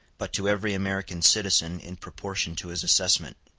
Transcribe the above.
but to every american citizen in proportion to his assessment.